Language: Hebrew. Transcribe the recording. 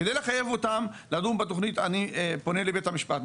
כדי לחייב אותם לדון בתוכנית אני פונה לבית המשפט,